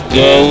go